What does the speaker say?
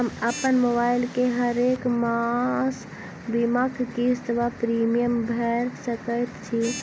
हम अप्पन मोबाइल सँ हरेक मास बीमाक किस्त वा प्रिमियम भैर सकैत छी?